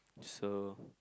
so